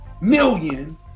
million